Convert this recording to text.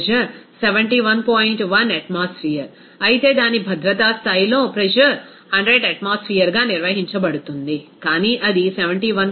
1 atmosphere అయితే దాని భద్రతా స్థాయిలో ప్రెజర్ 100 అట్మాస్ఫియర్ గా నిర్వహించబడుతుంది కానీ అది 71